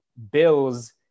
Bills